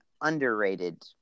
underrated